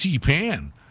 Pan